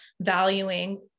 valuing